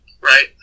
right